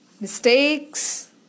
mistakes